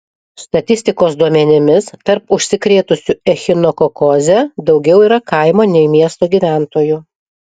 statistikos duomenimis tarp užsikrėtusių echinokokoze daugiau yra kaimo nei miesto gyventojų